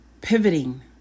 pivoting